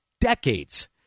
decades